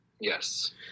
Yes